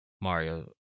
Mario